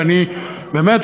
שאני באמת,